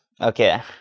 okay